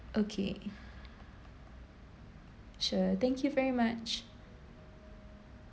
okay sure thank you very much